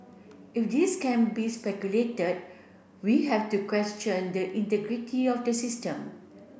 if this can be speculated we have to question the integrity of the system